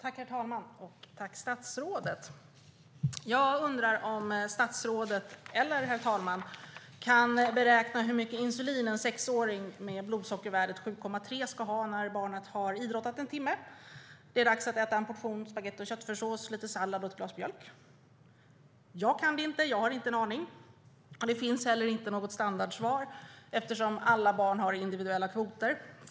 Herr talman! Tack, statsrådet! Jag undrar om statsrådet eller herr talmannen kan beräkna hur mycket insulin en sexåring med blodsockervärdet 7,3 ska ha när barnet har idrottat en timme och när det är dags att äta en portion spagetti och köttfärssås, lite sallad och ett glas mjölk. Jag kan det inte; jag har inte en aning. Det finns inte heller något standardsvar eftersom alla barn har individuella kvoter.